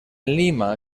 lima